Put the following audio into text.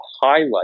highlight